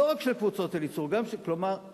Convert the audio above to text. ולא רק של קבוצות "אליצור" כלומר,